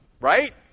Right